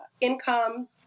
income